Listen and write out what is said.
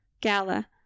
Gala